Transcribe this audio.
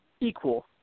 equal